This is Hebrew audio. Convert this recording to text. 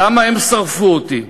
למה הם שרפו אותי?